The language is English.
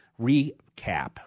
recap